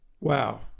Wow